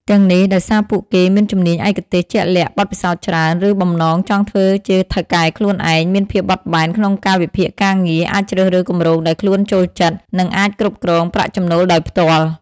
ទាំងនេះ ដោយសារពួកគេមានជំនាញឯកទេសជាក់លាក់ បទពិសោធន៍ច្រើន ឬបំណងចង់ធ្វើជាថៅកែខ្លួនឯង មានភាពបត់បែនក្នុងកាលវិភាគការងារ អាចជ្រើសរើសគម្រោងដែលខ្លួនចូលចិត្ត និងអាចគ្រប់គ្រងប្រាក់ចំណូលដោយផ្ទាល់។